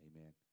Amen